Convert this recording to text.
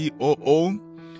COO